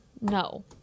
No